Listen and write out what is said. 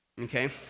okay